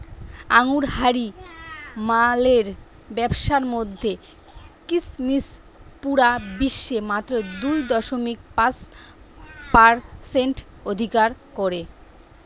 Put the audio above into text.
আঙুরহারি মালের ব্যাবসার মধ্যে কিসমিস পুরা বিশ্বে মাত্র দুই দশমিক পাঁচ পারসেন্ট অধিকার করে